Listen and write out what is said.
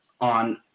on